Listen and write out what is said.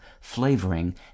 flavoring